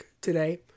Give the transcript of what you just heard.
today